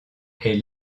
est